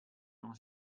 non